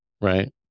Right